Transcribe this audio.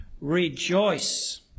rejoice